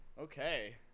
Okay